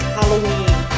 Halloween